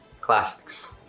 classics